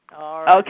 Okay